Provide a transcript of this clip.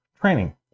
training